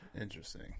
Interesting